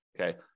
Okay